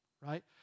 right